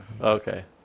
Okay